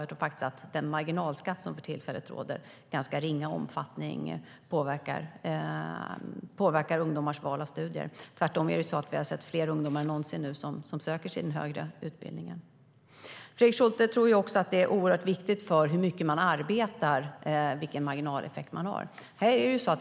Jag tror faktiskt att den marginalskatt som för tillfället råder påverkar ungdomars val av studier i ganska ringa omfattning. Tvärtom är det så att vi nu sett fler ungdomar än någonsin som söker sig till den högre utbildningen. Fredrik Schulte tror att marginaleffekten är oerhört viktig för hur mycket man arbetar.